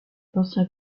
l’ancien